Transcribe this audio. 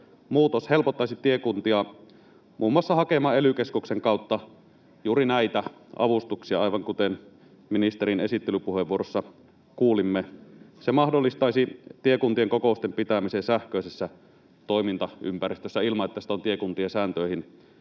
muutos helpottaisi tiekuntia muun muassa hakemaan ely-keskuksen kautta juuri näitä avustuksia, aivan kuten ministerin esittelypuheenvuorosta kuulimme. Se mahdollistaisi tiekuntien kokousten pitämisen sähköisessä toimintaympäristössä ilman, että sitä on tiekuntien sääntöihin